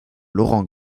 laurent